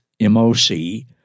M-O-C